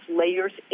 layers